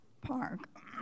Park